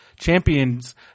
champions